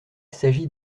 s’agit